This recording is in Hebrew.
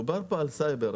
בסעיף הזה מדובר על סייבר.